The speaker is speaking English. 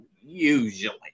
usually